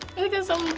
it doesnt